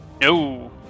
No